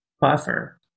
buffer